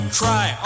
try